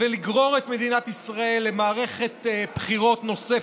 ולגרור עכשיו את מדינת ישראל למערכת בחירות נוספת,